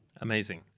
Amazing